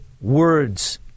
words